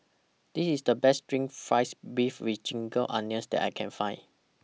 This IS The Best Steamed Fried Beef with Ginger Onions that I Can Find